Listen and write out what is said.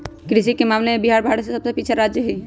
कृषि के मामले में बिहार भारत के सबसे पिछड़ा राज्य हई